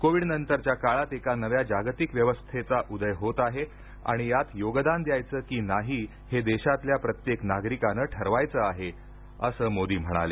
Covid नंतरच्या काळात एका नव्या जागतिक व्यवस्थेचा उदय होत आहे आणि यात योगदान द्यायचं की नाही हे देशातल्या प्रत्येक नागरिकानं ठरवायचं आहे असं मोदी म्हणाले